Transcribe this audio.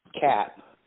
cap